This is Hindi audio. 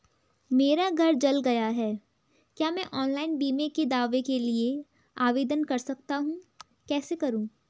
मेरा घर जल गया है क्या मैं ऑनलाइन बीमे के दावे के लिए आवेदन कर सकता हूँ कैसे करूँ?